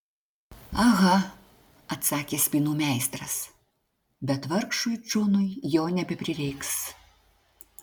aha atsakė spynų meistras bet vargšui džonui jo nebeprireiks